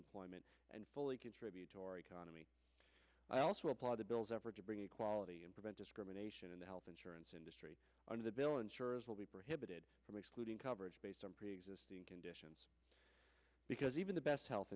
employment and fully contributory kaname i also applaud the bill's effort to bring equality and prevent discrimination in the health insurance industry under the bill insurers will be prohibited from excluding coverage based on preexisting conditions because even the best health